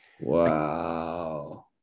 Wow